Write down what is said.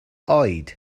oed